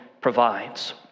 provides